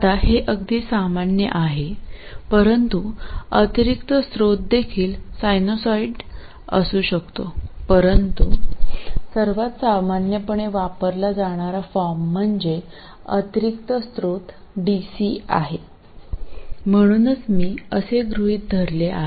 आता हे अगदी सामान्य आहे परंतु अतिरिक्त स्त्रोत देखील सायनोसाईड असू शकतो परंतु सर्वात सामान्यपणे वापरला जाणारा फॉर्म म्हणजे अतिरिक्त स्रोत डीसी आहे म्हणूनच मी असे गृहीत धरले आहे